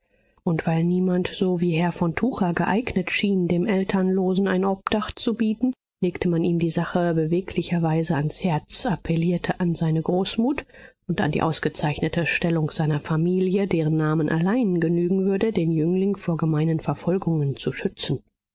und weil niemand so wie herr von tucher geeignet schien dem elternlosen ein obdach zu bieten legte man ihm die sache beweglicherweise ans herz appellierte an seine großmut und an die ausgezeichnete stellung seiner familie deren name allein genügen würde den jüngling vor gemeinen verfolgungen zu schützen